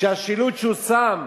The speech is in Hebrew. שהשילוט שהוא שם